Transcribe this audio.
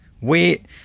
wait